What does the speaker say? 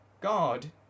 God